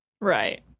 Right